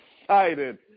excited